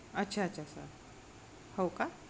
अच्छा अच्छा सर हो का